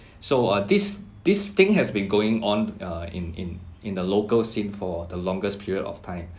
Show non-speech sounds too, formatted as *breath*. *breath* so uh this this thing has been going on uh in in in the local scene for the longest period of time